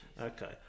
Okay